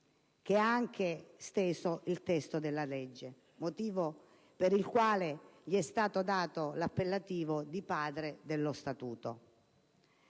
che ha anche steso il testo della legge, motivo per il quale gli è stato dato l'appellativo di «padre dello Statuto».